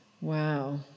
Wow